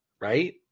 right